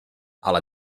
ale